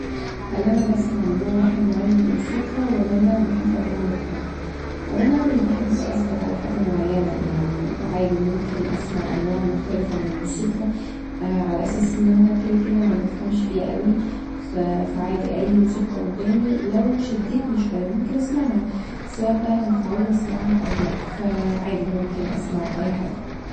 هل انا بسمع لنوع واحد معين من الموسيقي ولا بحب انواع مختلفه هو انا مش بحب اثبت علي حاجه مهينه يعني عادي ممكن اسمع انواع مختلفه من الموسيقي علي اساس ان انا كدا كدا مبفهمش فيها اوي فعادي اي موسيقي قدامي لو شدتني شويه ممكن اسمعها سواء بقي انا متعوده اسمعها او لأ فعادي ممكن اسمع اي حاجه